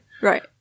Right